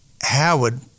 Howard